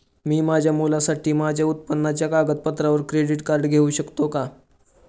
मी माझ्या मुलासाठी माझ्या उत्पन्नाच्या कागदपत्रांवर क्रेडिट कार्ड घेऊ शकतो का?